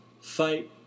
fight